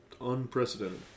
unprecedented